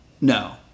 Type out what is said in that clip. No